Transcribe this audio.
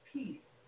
Peace